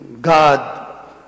God